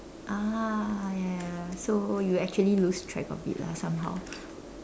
ah ya ya so you actually lose track of it lah somehow